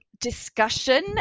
discussion